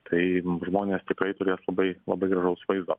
tai žmonės tikrai turės labai labai gražaus vaizdo